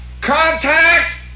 contact